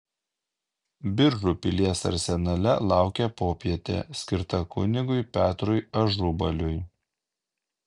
biržų pilies arsenale laukė popietė skirta kunigui petrui ažubaliui